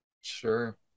Sure